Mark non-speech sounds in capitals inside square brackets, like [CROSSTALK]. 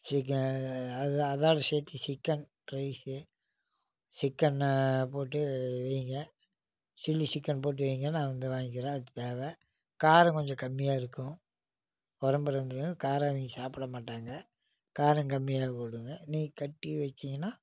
சீக்கிரம் அது அதோடய சேர்த்து சிக்கன் ரைஸ் சிக்கன்ன போட்டு வைங்க சில்லி சிக்கன் போட்டு வைங்க நான் வந்து வாங்கிக்கிறேன் அதுக்கு தேவை காரம் கொஞ்சம் கம்மியாக இருக்கும் உறவுமுறைங்க [UNINTELLIGIBLE] காரம் அவங்க சாப்பிட மாட்டாங்க காரம் கம்மியாக கொடுங்க நீங்கள் கட்டி வச்சிங்கன்னா